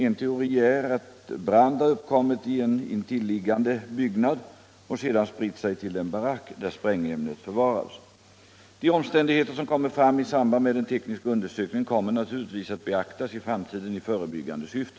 En teori är att brand har uppkommit i 1 in en intilliggande byggnad och sedan spritt sig till den barack där sprängämnet förvarades. De omständigheter som kommer fram i samband med den tekniska undersökningen kommer naturligtvis att beaktas i framtiden 1 förebyggande syfte.